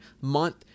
month